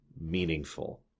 meaningful